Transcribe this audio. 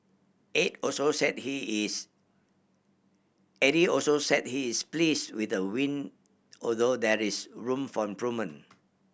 Aide also said he is Aidey also said he is please with the win although that is room for improvement